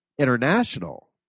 international